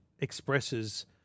expresses